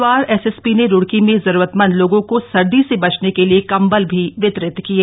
Haridwar SSP ने रूड़की में जरूरतमंद लोगों को सर्दी से बचने के लिए कम्बल भी वितरित किये